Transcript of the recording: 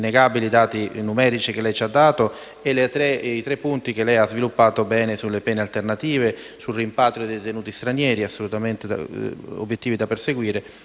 e i tre punti che lei ha ben sviluppato sulle pene alternative, sul rimpatrio dei detenuti stranieri (obiettivi assolutamente da perseguire) e sull'attenzione alla tossicodipendenza.